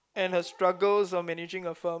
and her struggles of managing her firm